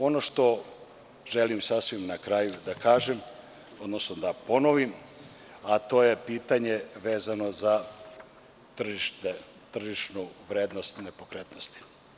Ono što želim na kraju da kažem, odnosno da ponovim, to je pitanje vezano za tržišnu vrednost nepokretnosti.